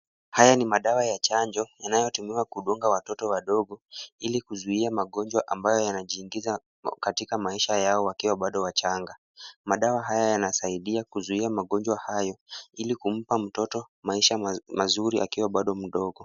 Haya ni madawa ya chanjo yanayotumiwa kudunga watoto wadogo ili kuzuia magonjwa ambayo yanajiingiza katika maisha yao wakiwa watoto wachanga. Madawa haya yanasaidia kuzuia magonjwa hayo ili kumpa mtoto maisha mazuri akiwa bado mdogo.